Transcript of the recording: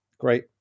great